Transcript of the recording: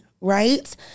right